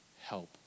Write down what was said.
help